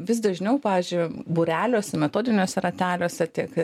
vis dažniau pavyzdžiui būreliuose metodiniuose rateliuose tiek tiek